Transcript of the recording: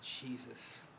Jesus